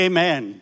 Amen